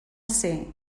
ser